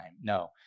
No